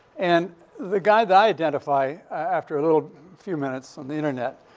and the guy that i identify, after a little few minutes on the internet,